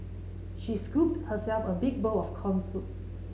she scooped herself a big bowl of corn soup